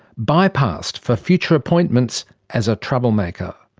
bypassed for future appointments as a troublemaker.